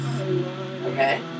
Okay